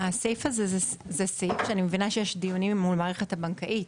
הסעיף הזה הוא סעיף שאני מבינה שיש דיונים עם המערכת הבנקאית,